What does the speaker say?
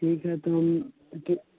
ठीक है तो हम